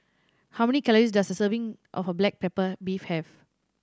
how many calories does a serving of black pepper beef have